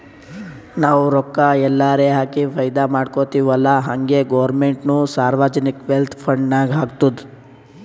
ನಾವು ರೊಕ್ಕಾ ಎಲ್ಲಾರೆ ಹಾಕಿ ಫೈದಾ ಮಾಡ್ಕೊತಿವ್ ಅಲ್ಲಾ ಹಂಗೆ ಗೌರ್ಮೆಂಟ್ನು ಸೋವರ್ಜಿನ್ ವೆಲ್ತ್ ಫಂಡ್ ನಾಗ್ ಹಾಕ್ತುದ್